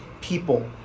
people